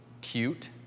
cute